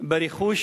לרכוש